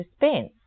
dispense